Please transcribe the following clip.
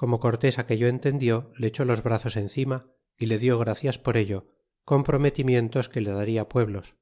como cortés aquello entendió le echó los brazos encima y le diú gracias por ello con prometimientos que le darla pueblos